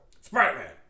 Spider-Man